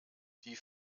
die